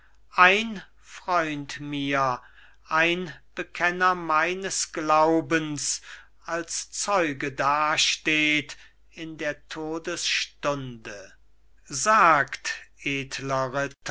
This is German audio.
ein freund mir ein bekenner meines glaubens als zeuge dasteht in der todesstunde sagt edler